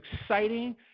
exciting